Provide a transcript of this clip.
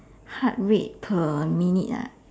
heart rate per minute ah